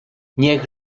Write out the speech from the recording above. niech